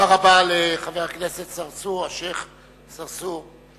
רבה לחבר הכנסת צרצור, השיח' צרצור.